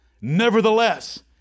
Nevertheless